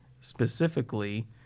specifically